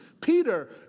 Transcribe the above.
Peter